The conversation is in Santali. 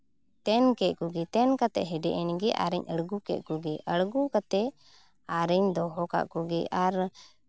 ᱛᱮᱱ ᱠᱮᱫ ᱠᱚᱜᱮ ᱛᱮᱱ ᱠᱟᱛᱮᱫ ᱦᱮᱰᱮᱡ ᱮᱱᱜᱮ ᱟᱨᱤᱧ ᱟᱬᱜᱳ ᱠᱮᱫ ᱠᱚᱜᱮ ᱟᱬᱜᱳ ᱠᱟᱛᱮᱫ ᱟᱨᱤᱧ ᱫᱚᱦᱚ ᱠᱟᱜ ᱠᱚᱜᱮ ᱟᱨ